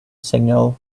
signal